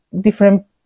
different